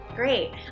Great